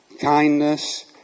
kindness